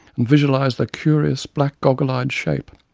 and visualize their curious, black goggle-eyed shape.